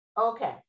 Okay